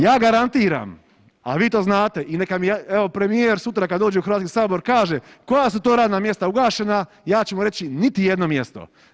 Ja garantiram, a vi to znate i neka mi, evo premijer sutra kad dođe u Hrvatski sabor kaže koja su to radna mjesta ugašena, ja ću mu reći niti jedno mjesto.